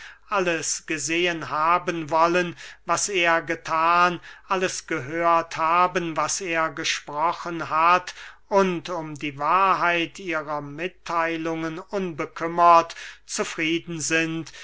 alles gesehen haben wollen was er gethan alles gehört haben was er gesprochen hat und um die wahrheit ihrer mittheilungen unbekümmert zufrieden sind